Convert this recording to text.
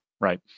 right